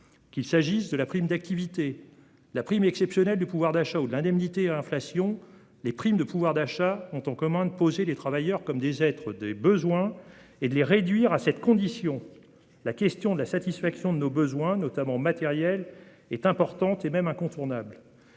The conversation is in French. Qu'il s'agisse de la prime d'activité, de la prime exceptionnelle de pouvoir d'achat ou de l'indemnité inflation, les primes de pouvoir d'achat ont en commun de considérer les travailleurs comme des êtres de besoins et de les réduire à cette condition. La question de la satisfaction de nos besoins, notamment matériels, est importante et même incontournable.